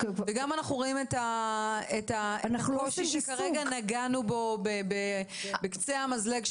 וגם אנחנו רואים את הקושי שכרגע נגענו בו על קצה המזלג,